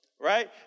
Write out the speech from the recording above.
right